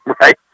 Right